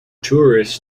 tourists